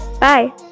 Bye